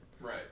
Right